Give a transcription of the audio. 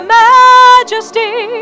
majesty